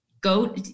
go